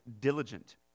diligent